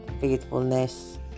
faithfulness